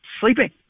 sleeping